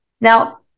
Now